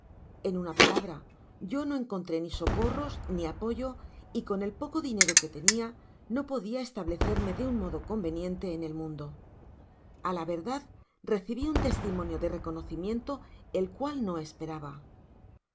en una palabra yo no encontré ni socorros ni apoyo y con el poco dinero que tenia no podia establecerme de un modo conveniente en el mundo a la verdad recibi un testimonio de reconocimiento el cuál no esperaba el